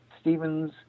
Stephen's